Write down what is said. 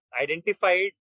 identified